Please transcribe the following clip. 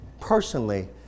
personally